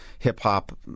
hip-hop